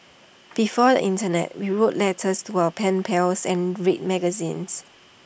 before the Internet we wrote letters to our pen pals and read magazines